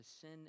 sin